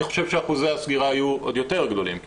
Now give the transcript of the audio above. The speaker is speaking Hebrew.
אני חושב שנראה שאחוזי הסגירה יהיו עוד יותר גדולים.